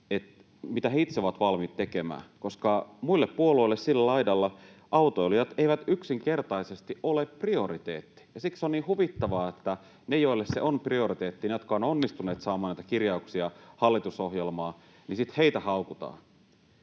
mitä he itse ovat valmiit tekemään, koska muille puolueille sillä laidalla autoilijat eivät yksinkertaisesti ole prioriteetti. Siksi se on niin huvittavaa, että niitä, joille se on prioriteetti, niitä, jotka ovat onnistuneet saamaan näitä kirjauksia hallitusohjelmaan, haukutaan.